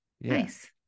Nice